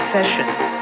Sessions